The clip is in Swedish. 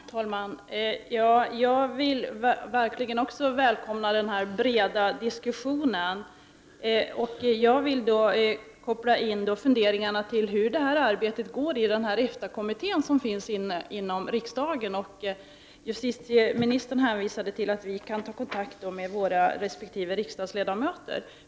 Herr talman! Jag vill verkligen välkomna denna breda diskussion. Jag vill koppla funderingarna till hur arbetet framskrider i EFTA-kommitten inom riksdagen. Justitieministern hänvisade till att vi kan ta kontakt med våra resp. riksdagsledamöter.